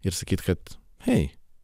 ir sakyt kad hei